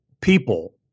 people